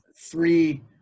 three